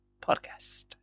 podcast